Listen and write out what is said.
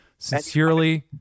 sincerely